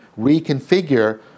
reconfigure